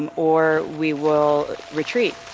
and or we will retreat,